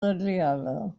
aliada